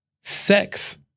Sex